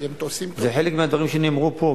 זה חלק מהדברים שנאמרו פה,